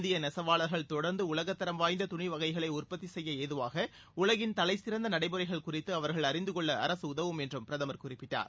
இந்திய நெசவாளர்கள் தொடர்ந்து உலகத்தரம் வாய்ந்த துணி வகைகளை உற்பத்தி செய்ய ஏதுவாக உலகின் தலைசிறந்த நடைமுறைகள் குறித்து அவர்கள் அழிந்து கொள்ள அரசு உதவும் என்றும் பிரதமர் குறிப்பிட்டார்